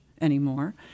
anymore